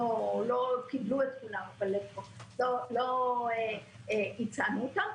לא קיבלו את כולם, אבל הצענו אותם,